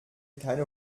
keine